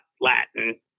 Latin